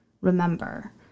remember